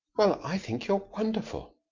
well, i think you're wonderful.